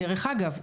דרך אגב,